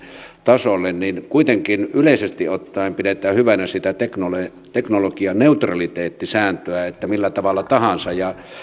tasolle niin kuitenkin yleisesti ottaen pidetään hyvänä teknologianeutraliteettisääntöä että millä tavalla tahansa